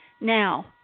now